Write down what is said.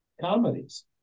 comedies